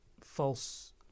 false